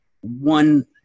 one